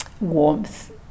warmth